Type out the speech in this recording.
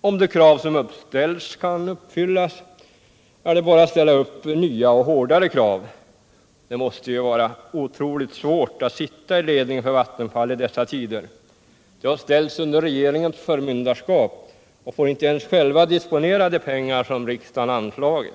Om de krav som uppställts kan uppfyllas är det bara att ställa nya och hårdare krav. Det måste vara otroligt svårt att sitta i ledningen för Vattenfall i dessa tider. Den ställs under regeringens förmyndarskap och får inte ens själv disponera de pengar som riksdagen anslagit.